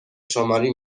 شماری